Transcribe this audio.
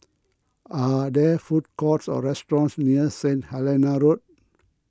are there food courts or restaurants near Stain Helena Road